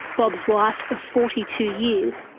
bob's wife of forty two years,